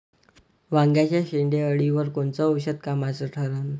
वांग्याच्या शेंडेअळीवर कोनचं औषध कामाचं ठरन?